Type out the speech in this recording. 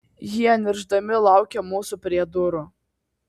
jie niršdami laukė mūsų prie durų